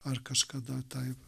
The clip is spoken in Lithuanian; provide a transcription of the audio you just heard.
ar kažkada tai